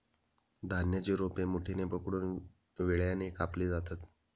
धान्याची रोपे मुठीने पकडून विळ्याने कापली जातात